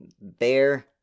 Bear